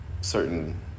certain